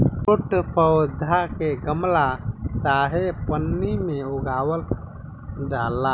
छोट पौधा के गमला चाहे पन्नी में उगावल जाला